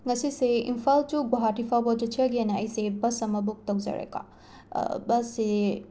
ꯉꯁꯤꯁꯦ ꯏꯝꯐꯥꯜ ꯇꯨ ꯒꯨꯍꯥꯇꯤ ꯐꯥꯎꯕ ꯆꯠꯆꯒꯦꯅ ꯑꯩꯁꯦ ꯕꯁ ꯑꯃ ꯕꯨꯛ ꯇꯧꯖꯔꯦꯀꯣ ꯕꯁꯁꯦ